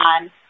on